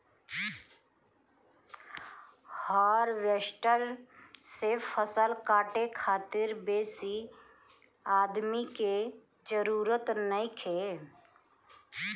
harvester से फसल काटे खातिर बेसी आदमी के जरूरत नइखे